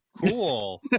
cool